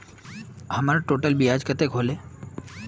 हमर टोटल ब्याज कते होले?